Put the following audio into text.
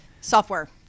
Software